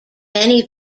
many